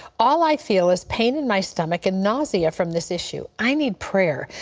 all i feel is pain in my stomach and nausea from this issue. i need prayer.